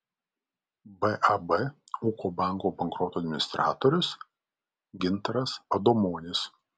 bab ūkio banko bankroto administratorius gintaras adomonis